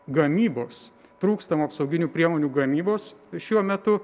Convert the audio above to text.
gamybos trūkstamų apsauginių priemonių gamybos šiuo metu